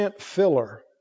filler